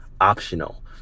optional